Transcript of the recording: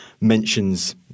mentions